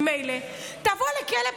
מילא, תבוא לכלא פלילי,